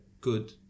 good